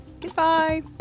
Goodbye